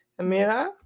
Amira